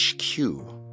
HQ